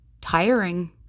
tiring